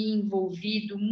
envolvido